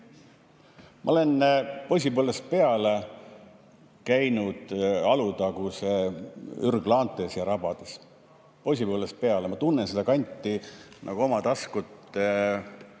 Ma olen poisipõlvest peale käinud Alutaguse ürglaantes ja rabades. Poisipõlvest peale. Ma tunnen seda kanti nagu oma taskut